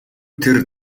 тэр